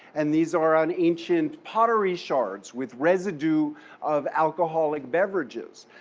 and these are on ancient pottery shards with residue of alcoholic beverages.